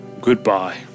goodbye